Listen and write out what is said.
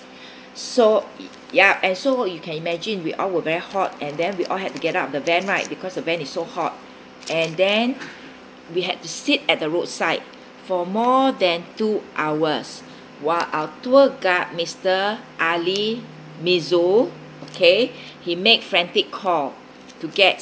so ya and so you can imagine we all were very hot and then we all had to get up the van right because the van is so hot and then we had to sit at the road side for more than two hours while our tour guide mister ali mizzul okay he made frantic call to get